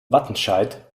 wattenscheid